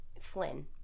Flynn